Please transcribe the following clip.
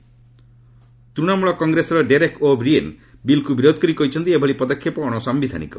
ତ୍ବଣମୂଳ କଂଗ୍ରେସର Derek O'Brien ବିଲ୍କୁ ବିରୋଧ କରି କହିଛନ୍ତି ଏଭଳି ପଦକ୍ଷେପ ଅଣସାୟିଧାନିକ